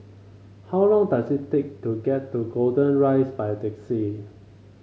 how long does it take to get to Golden Rise by taxi